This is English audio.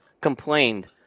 complained